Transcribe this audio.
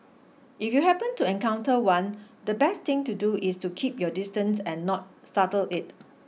if you happen to encounter one the best thing to do is to keep your distance and not startle it